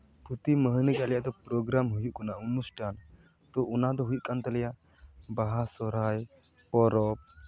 ᱯᱨᱚᱛᱤ ᱢᱟᱹᱦᱱᱟᱹᱜᱮ ᱟᱞᱮᱭᱟᱜ ᱫᱚ ᱯᱨᱚᱜᱽᱜᱨᱟᱢ ᱦᱩᱭᱩᱜ ᱠᱟᱱᱟ ᱚᱱᱩᱥᱴᱷᱟᱱ ᱛᱳ ᱚᱱᱟᱫᱚ ᱦᱩᱭᱩᱜ ᱠᱟᱱ ᱛᱟᱞᱮᱭᱟ ᱵᱟᱦᱟ ᱥᱚᱦᱚᱨᱟᱭ ᱯᱚᱨᱚᱵᱽ